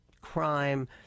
crime